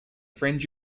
friend